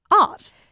art